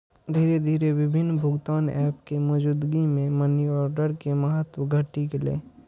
धीरे धीरे विभिन्न भुगतान एप के मौजूदगी मे मनीऑर्डर के महत्व घटि गेलै